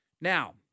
Now